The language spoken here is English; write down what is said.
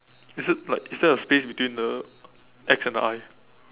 is it like is there a space between the X and the I